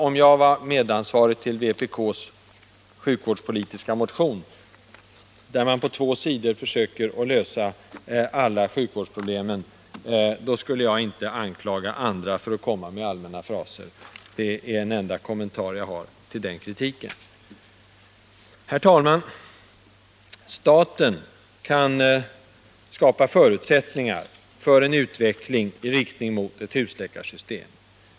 Om jag var medansvarig till vpk:s sjukvårdspolitiska motion, där man på två sidor försöker lösa alla sjukvårdsproblem, skulle jag inte anklaga andra för att komma med allmänna fraser. Det är den enda kommentar jag har till den kritiken. Herr talman! Staten kan skapa förutsättningar för en utveckling i riktning mot ett husläkarsystem.